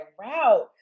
route